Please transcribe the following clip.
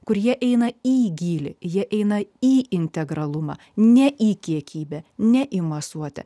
kur jie eina į gylį jie eina į integralumą ne į kiekybę ne į masuotę